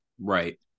Right